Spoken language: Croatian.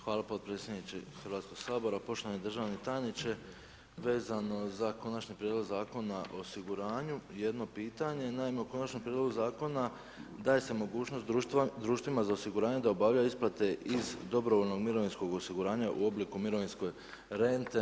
Hvala potpredsjedniče Hrvatskog sabora, poštovani državni tajniče, vezano za Konačni prijedlog Zakona o osiguranju, jedno pitanje, naime u konačnom prijedlogu Zakona, daje se mogućnost, društvima za osiguranje, da obavljaju isplate iz dobrovoljnog mirovinskog osiguranja u obliku mirovinske rente.